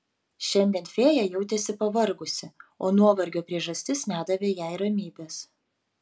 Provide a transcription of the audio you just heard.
šiandien fėja jautėsi pavargusi o nuovargio priežastis nedavė jai ramybės